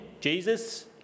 Jesus